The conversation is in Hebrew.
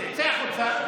צא החוצה.